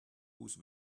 whose